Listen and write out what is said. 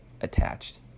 attached